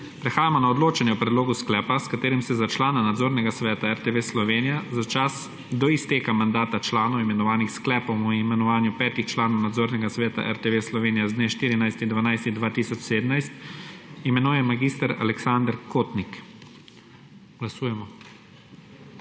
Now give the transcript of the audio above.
Prehajamo na odločanje o predlogu sklepa, s katerim se za člana Nadzornega sveta RTV Slovenija za čas do izteka mandata članov, imenovanih s sklepom o imenovanju petih članov Nadzornega sveta RTV Slovenija z dne 14. 12. 2017, imenuje mag. Aleksander Kotnik. Glasujemo.